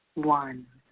one.